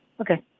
Okay